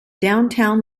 downtown